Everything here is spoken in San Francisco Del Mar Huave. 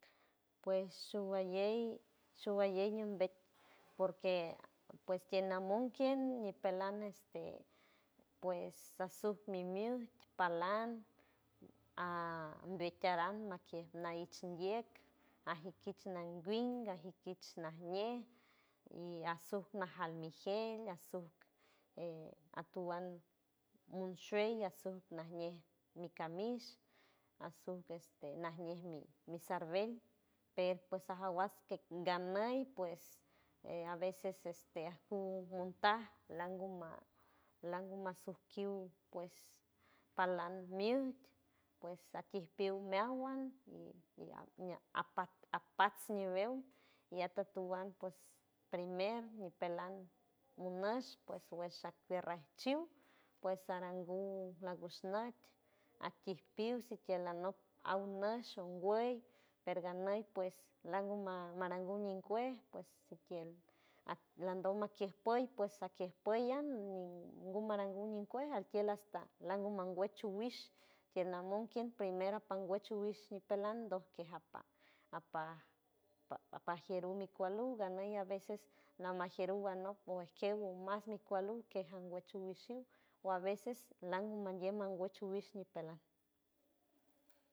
Pues showalley, showalley ñumbet porque pues tiena mon quien ñipelan este pues asuj mi miüjt palan a büet tieran makiej naich ndieck ajikich nawiñ, ajikich najñe y asuj najal, mi gel asuj e atuan monshuey, asuj najñe mi camis, asuj este najñe mi- mi sarvel, per pues sajawas keck ganey pues a veces este ajun montaj laguma laguma sujkiw pues palan miujt pues akij piw meawan y apa- apats ñiwew y atatuan pues primer ñipelan minush pues ngüesh ajkuer rajschiw pues aranguw lagush not ajkij piw sikiej lanok aw nush ngüey per ganey pues lagun ma- marangu ñiñkuej pues sikiel at landom makiej puey pues sakiej puey ian gun marangu ñiñkuej altiel hasta langu mangüech uwish tiel namon kien primer apangüech uwish ñipelan doj kej apa- apa- pa apajier mi kual uj ganey a veces lamajieruw anok wejkew mas mi kual uj kej angüech wish shiw o a veces lam mandiem mangüech wish ñipelan.